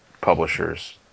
publishers